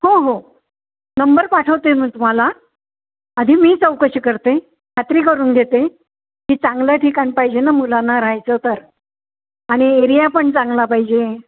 हो हो नंबर पाठवते मी तुम्हाला आधी मी चौकशी करते खात्री करून घेते की चांगलं ठिकाण पाहिजे ना मुलांना राहायचं तर आणि एरिया पण चांगला पाहिजे